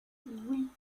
oui